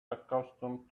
accustomed